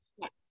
Yes